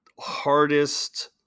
hardest